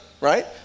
right